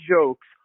jokes